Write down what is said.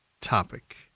topic